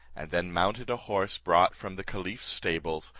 and then mounted a horse brought from the caliph's stables,